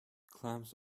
clams